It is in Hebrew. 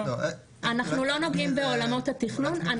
אנחנו לא נוגעים בעולמות התכנון.